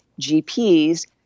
GPs